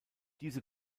diese